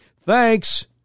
Thanks